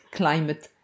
climate